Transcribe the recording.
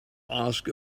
ask